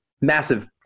massive